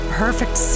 perfect